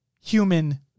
human